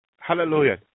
Hallelujah